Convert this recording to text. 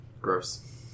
gross